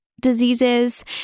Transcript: diseases